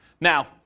Now